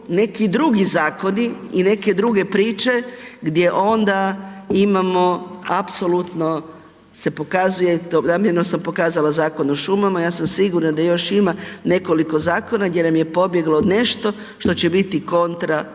neki drugi zakoni i neke druge priče gdje onda imamo apsolutno se pokazuje, namjerno sam pokazala Zakon o šumama ja sam sigurna da još ima nekoliko zakona gdje nam je pobjeglo nešto što će biti kontra